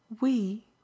We